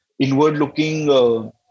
inward-looking